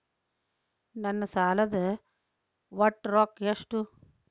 ನನ್ನ ಸಾಲದ ಒಟ್ಟ ರೊಕ್ಕ ಎಷ್ಟು?